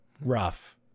rough